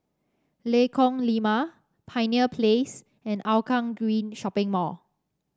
Lengkong Lima Pioneer Place and Hougang Green Shopping Mall